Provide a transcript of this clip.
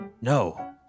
No